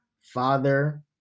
father